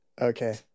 Okay